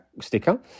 sticker